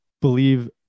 believe